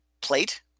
plate